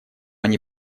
они